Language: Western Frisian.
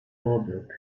foarbyld